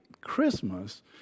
Christmas